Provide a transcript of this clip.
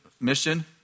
mission